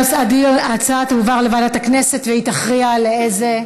ההצעה תועבר לוועדת הכנסת, והיא תכריע לאיזו,